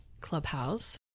Clubhouse